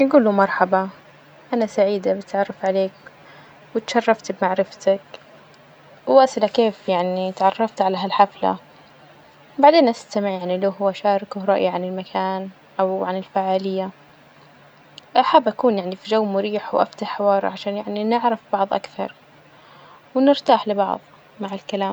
نجول له مرحبا، أنا سعيدة بالتعرف عليك وتشرفت بمعرفتك، وأسأله كيف يعني تعرفت على هالحفلة? بعدين أستمع يعني له وأشاركه رأيه عن المكان أو عن الفعالية، حابة أكون يعني في جو مريح وأفتح حوار عشان يعني نعرف بعض أكثر ونرتاح لبعض مع الكلام.